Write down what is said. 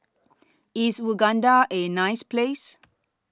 IS Uganda A nice Place